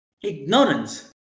ignorance